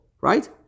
right